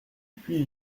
puy